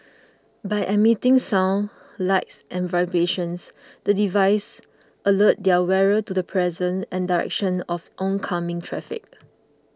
by emitting sound light and vibrations the devices alert their wearer to the presence and direction of oncoming traffic